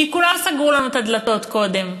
כי כולם סגרו לנו את הדלתות קודם.